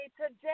today